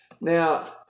Now